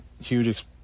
huge